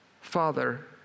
Father